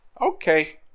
Okay